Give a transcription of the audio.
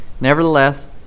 Nevertheless